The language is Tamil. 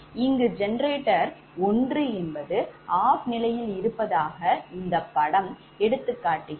இங்கு generator 1 என்பது OFF நிலையில் இருப்பதாக இந்தப் படம் எடுத்துக் காட்டுகிறது